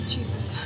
Jesus